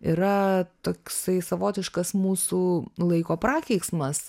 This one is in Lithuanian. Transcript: yra toksai savotiškas mūsų laiko prakeiksmas